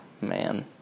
Man